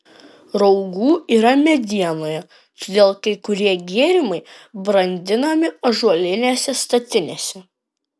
raugų yra medienoje todėl kai kurie gėrimai brandinami ąžuolinėse statinėse